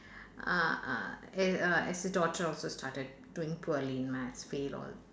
uh uh uh uh S's daughter also started doing poorly in maths fail all